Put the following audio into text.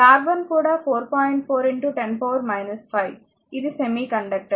4 10 5 ఇది సెమీకండక్టర్